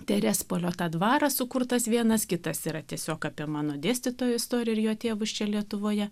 terespolio tą dvarą sukurtas vienas kitas yra tiesiog apie mano dėstytojo istoriją ir jo tėvus čia lietuvoje